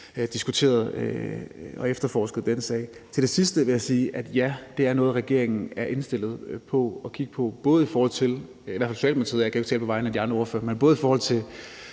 diskuterede og efterforskede den sag. Til det sidste vil jeg sige, at ja, det er noget, regeringen er indstillet på at kigge på, i hvert fald Socialdemokratiet – jeg kan jo ikke tale på vegne af de andre ordførere. Det er både i forhold til